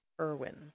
Irwin